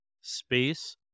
space